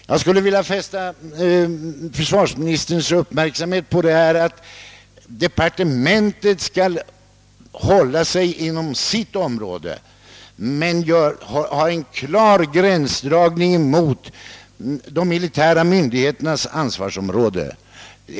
Jag skulle vilja fästa försvarsministerns uppmärksamhet på att departementet bör hålla sig inom sitt område och göra en klar gränsdragning mot de militära myndigheternas ansvarsområde.